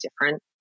different